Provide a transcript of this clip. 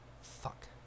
Fuck